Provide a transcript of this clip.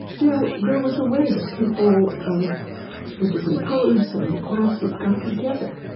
there there was a way that people of different colors and classes got together.